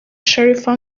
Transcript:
sharifa